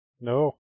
No